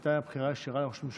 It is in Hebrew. כשהייתה בחירה ישירה לראשות ממשלה.